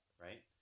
Right